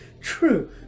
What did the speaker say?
True